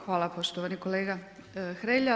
Hvala poštovani kolega Hrelja.